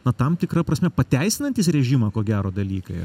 na tam tikra prasme pateisinantys režimą ko gero dalykai